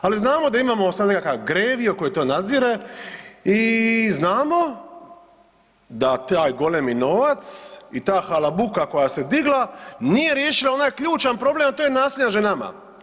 Ali znamo da imamo sad nekakav GREVIO koji to nadzire i znamo da taj golemi novac i ta halabuka koja se digla, nije riješila onaj ključan problem, a to je nasilje nad ženama.